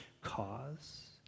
cause